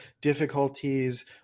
difficulties